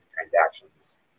transactions